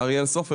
אריאל סופר,